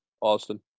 Austin